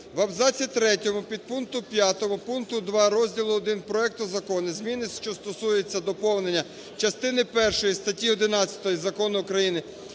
В абзаці 3 підпункту 5 пункту 2 розділу І проекту закону зміни, що стосуються доповнення частини першої статті 11 Закону України